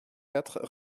quatre